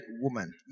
woman